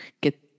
get